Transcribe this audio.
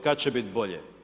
Kad će bit bolje?